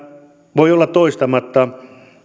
voi olla toistamatta